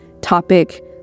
topic